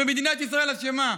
ומדינת ישראל אשמה.